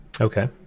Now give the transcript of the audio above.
Okay